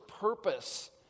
purpose